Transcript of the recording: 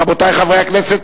רבותי חברי הכנסת,